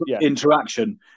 interaction